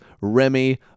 remy